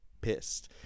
pissed